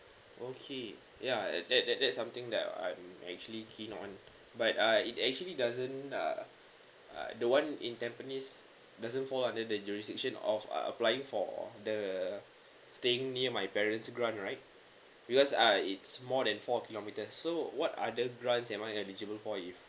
okay ya that that that's something that I'm actually keen on but I it actually doesn't uh the one in tampines doesn't fall under the jurisdiction of uh applying for the staying near my parents grant right because uh it's more than four kilometres so what other grant am I eligible for if